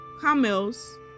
camels